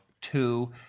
two